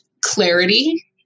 clarity